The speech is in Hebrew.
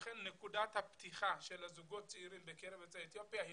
לכן נקודת הפתיחה של הזוגות הצעירים בקרב יוצאי אתיופיה היא